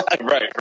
right